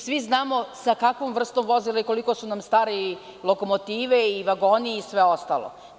Svi znamo sa kakvom vrstom vozila i koliko su nam stare lokomotive i vagoni i sve ostalo.